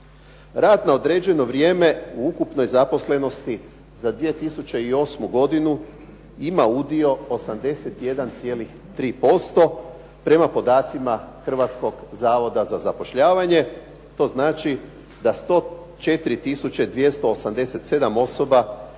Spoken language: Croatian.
Rad na određeno vrijeme u ukupnoj zaposlenosti za 2008. godinu ima udio 81,3%, prema podacima Hrvatskog zavoda za zapošljavanje. To znači da 104 tisuće 287 osoba